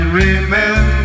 remember